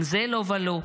גם זה לא ולא.